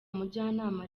mujyanama